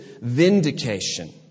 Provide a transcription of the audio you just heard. vindication